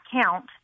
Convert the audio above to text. count